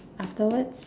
afterwards